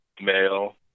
Male